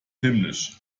himmlisch